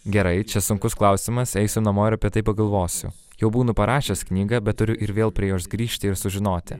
gerai čia sunkus klausimas eisiu namo ir apie tai pagalvosiu jau būnu parašęs knygą bet turiu ir vėl prie jos grįžti ir sužinoti